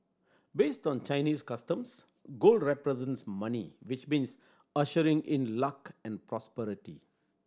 based on Chinese customs gold represents money which means ushering in luck and prosperity